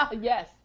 Yes